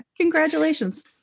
Congratulations